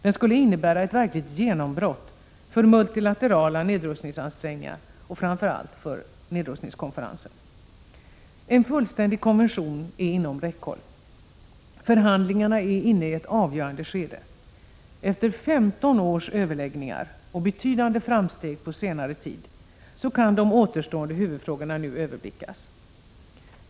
Den skulle innebära ett verkligt genombrott för multilaterala nedrustningsansträngningar och framför allt för nedrustningskonferensen. En fullständig konvention är inom räckhåll. Förhandlingarna är inne i ett avgörande skede. Efter 15 års överläggningar, och betydande framsteg på senare tid, kan de återstående huvudfrågorna nu överblickas.